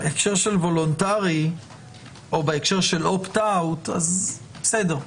בהקשר של וולונטרי או בהקשר של אופט אאוט בסדר.